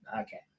okay